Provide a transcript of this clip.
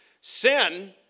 sin